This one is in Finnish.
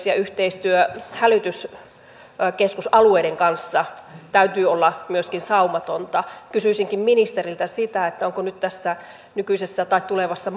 ja yhteistyön myöskin hälytyskeskusalueiden kanssa täytyy olla saumatonta kysyisinkin ministeriltä onko nyt tässä tulevassa